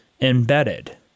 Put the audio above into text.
embedded